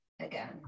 again